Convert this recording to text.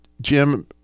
Jim